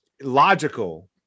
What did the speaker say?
logical